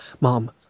Mom